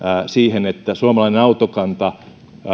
siihen että suomalainen autokanta